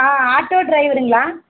ஆ auto ட்ரைவருங்களா